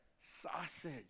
sausage